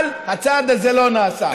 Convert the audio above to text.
אבל הצעד הזה לא נעשה,